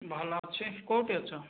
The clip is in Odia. ଭଲ ଅଛି କେଉଁଠି ଅଛି